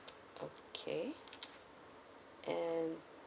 okay and